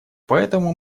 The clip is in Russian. поэтому